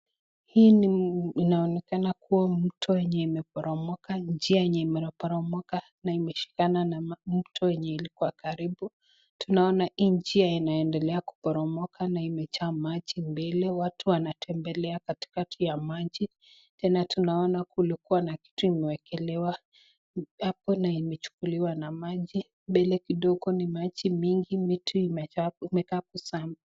Hii inaonekana kuwa ni mto yenye imeporomoka njia yenye imeporomoka na imeshikana na mto yenye ilikuwa karibu. Tunaona hii njia inaendelea kuporomoka na imejaa maji, mbele watu wanatembelea katikati ya maji tena tunaona kulikuwa na kitu ilikuwa imewekelea hapo na imechukuliwa na maji, mbele kidogo ni maji mingi miti imekaa hapo sana.